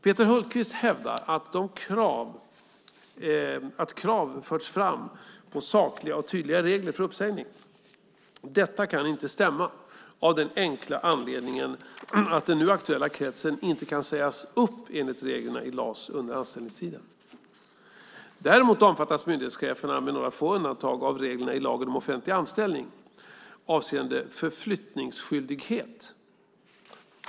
Peter Hultqvist hävdar att krav förts fram på sakliga och tydliga regler för uppsägning. Detta kan inte stämma, av den enkla anledningen att den nu aktuella kretsen enligt reglerna i LAS inte kan sägas upp under anställningstiden. Däremot omfattas myndighetscheferna, med några få undantag, av reglerna i lagen om offentlig anställning, LOA, avseende förflyttningsskyldighet.